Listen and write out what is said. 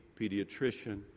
pediatrician